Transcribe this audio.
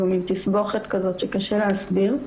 זו מן תסבוכת כזאת שקשה להסביר.